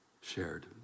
shared